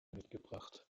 mitgebracht